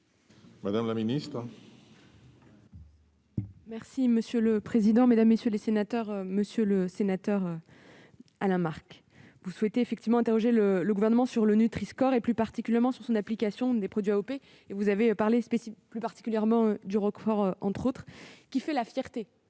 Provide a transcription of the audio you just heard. Madame la ministre,